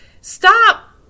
stop